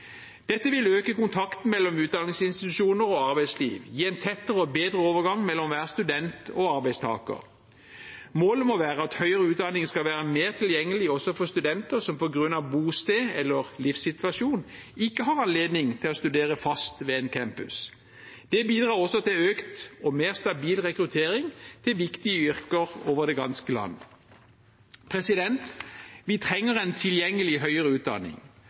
Dette vil øke kontakten mellom utdanningsinstitusjoner og arbeidsliv, gi en tettere og bedre overgang mellom hver student og arbeidstaker. Målet må være at høyere utdanning skal være mer tilgjengelig, også for studenter som på grunn av bosted eller livssituasjon ikke har anledning til å studere fast ved en campus. Det bidrar også til økt og mer stabil rekruttering til viktige yrker over det ganske land. Vi trenger en tilgjengelig høyere utdanning.